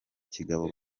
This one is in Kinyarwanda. kigabo